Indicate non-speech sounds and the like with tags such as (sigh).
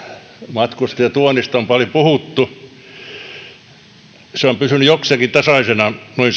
matkustajatuonnista on paljon puhuttu se on pysynyt jokseenkin tasaisena noin (unintelligible)